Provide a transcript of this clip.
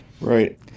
Right